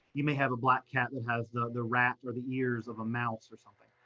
you may have a black cat that has the the rat, or the ears of a mouse or something.